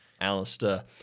Alistair